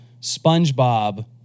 Spongebob